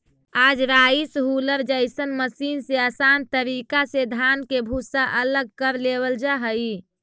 आज rice huller जइसन machine से आसान तरीका से धान के भूसा अलग कर लेवल जा हई